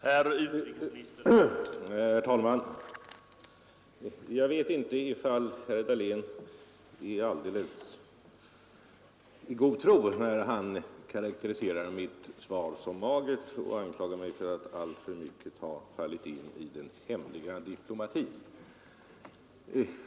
Herr talman! Jag vet inte om herr Dahlén är helt i god tro när han karakteriserar mitt svar som magert och anklagar mig för att alltför mycket ha fallit in i den hemliga diplomatin.